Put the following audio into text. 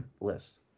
lists